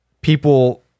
people